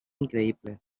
increïble